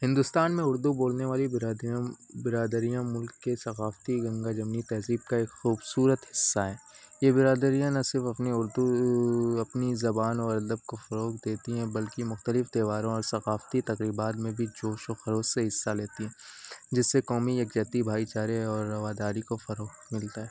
ہندوستان میں اردو بولنے والی برادری برادریاں ملک کے ثقافتی گنگا جمنی تہذیب کا ایک خوبصورت حصہ ہے یہ برادریاں نہ صرف اپنی اردو اپنی زبان اور ادب کو فروغ دیتی ہیں بلکہ مختلف تہواروں اور ثقافتی تقریبات میں بھی جوش و خروش سے حصہ لیتی ہیں جس سے قومی یکجہتی بھائی چارے اور رواداری کو فروغ ملتا ہے